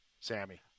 Sammy